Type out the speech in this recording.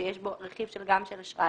שיש בו רכיב גם של אשראי,